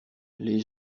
les